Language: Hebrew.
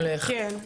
אנחנו מולך, נכון.